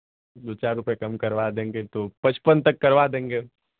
दो चार रुपये कम करवा देंगे तो पचपन तक करवा देंगे